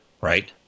right